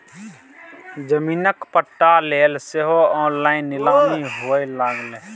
जमीनक पट्टा लेल सेहो ऑनलाइन नीलामी हुअए लागलै